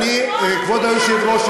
אדוני היושב-ראש,